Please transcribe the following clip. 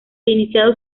iniciado